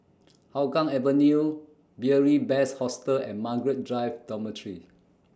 Hougang Avenue Beary Best Hostel and Margaret Drive Dormitory